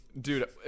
Dude